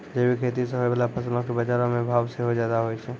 जैविक खेती से होय बाला फसलो के बजारो मे भाव सेहो ज्यादा होय छै